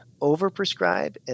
overprescribe